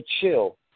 chill